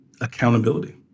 accountability